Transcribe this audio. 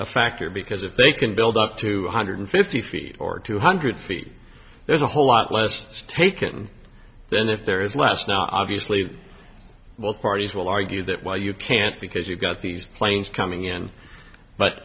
a factor because if they can build up to one hundred fifty feet or two hundred feet there's a whole lot less to take and then if there is less now obviously both parties will argue that well you can't because you've got these planes coming in but